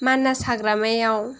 मानास हाग्रामायाव